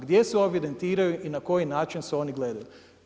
Gdje se evidentiraju i na koji način se oni gledaju?